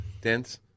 dense